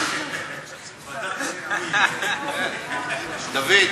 ועדת שיפועים, דוד.